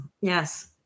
yes